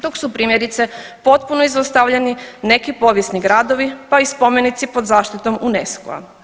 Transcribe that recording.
Dok su primjerice potpuno izostavljeni neki povijesni gradovi pa i spomenici pod zaštitom UNESCO-a.